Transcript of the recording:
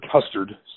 custard